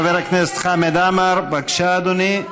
חבר הכנסת חמד עמאר, בבקשה, אדוני.